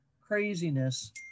craziness